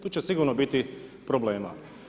Tu će sigurno biti problema.